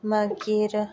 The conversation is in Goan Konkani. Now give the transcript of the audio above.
मागीर